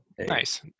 nice